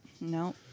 No